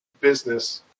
business